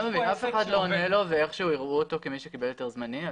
אף אחד לא עונה לו ואיכשהו יראו אותו כמי שקיבל היתר זמני.